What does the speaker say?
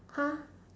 !huh!